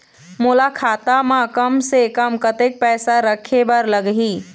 मोला खाता म कम से कम कतेक पैसा रखे बर लगही?